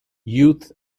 youth